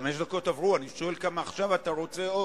חמש דקות עברו, אני שואל כמה עוד אתה רוצה.